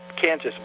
Kansas